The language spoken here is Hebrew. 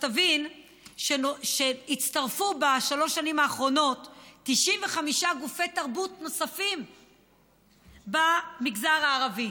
תבין שהצטרפו בשלוש השנים האחרונות 95 גופי תרבות נוספים במגזר הערבי.